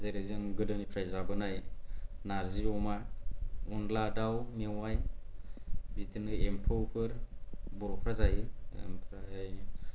जेरै जों गोदोनिफ्राय जाबोनाय नारजि अमा अनद्ला दाउ मेवाइ बिदिनो एम्फौफोर बर'फोरा जायो आमफ्राय